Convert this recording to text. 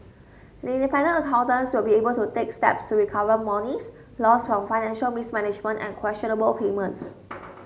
the independent accountants will be able to take steps to recover monies lost from financial mismanagement and questionable payments